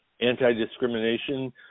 anti-discrimination